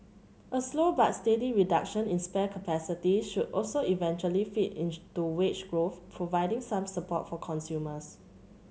a slow but steady reduction in spare capacity should also eventually feed into wage growth providing some support for consumers